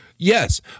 Yes